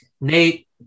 Nate